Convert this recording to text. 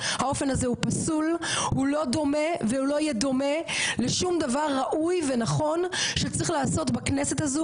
ואתם לא מנהלים דיון עניני,